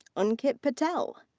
ankit patel.